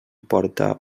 porta